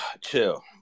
chill